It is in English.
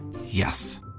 Yes